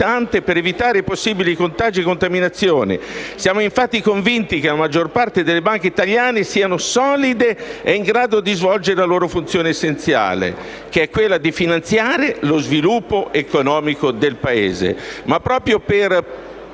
Siamo infatti convinti che la maggior parte delle banche italiane sia solida e in grado di svolgere la sua funzione essenziale, che è quella di finanziare lo sviluppo economico del Paese.